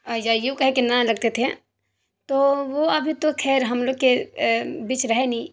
یا یوں کہیں کہ نانا لگتے تھے تو وہ ابھی تو خیر ہم لوگ کے بیچ رہے نہیں